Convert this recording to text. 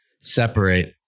separate